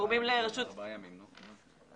של סתירה לחוק.